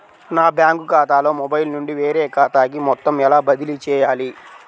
నా బ్యాంక్ ఖాతాలో మొబైల్ నుండి వేరే ఖాతాకి మొత్తం ఎలా బదిలీ చేయాలి?